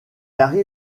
arrive